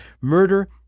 murder